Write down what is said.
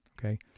Okay